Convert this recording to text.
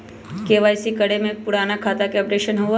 KYC करें से पुराने खाता के अपडेशन होवेई?